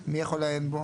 מי יכול לעיין בו,